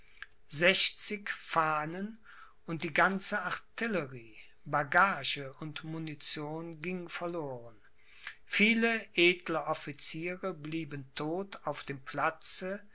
fahnen und die ganze artillerie bagage und munition ging verloren viele edle officiere blieben todt auf dem platze